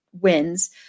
wins